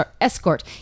escort